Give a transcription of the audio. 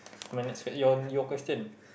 my next your your question